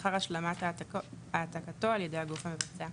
לאחר השלמת העתקתו על ידי הגוף המבצע ;